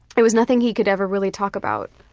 it was nothing he could ever really talk about.